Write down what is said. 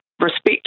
respect